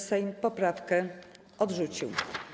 Sejm poprawkę odrzucił.